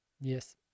Yes